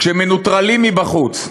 כשמנוטרלים מבחוץ,